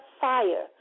fire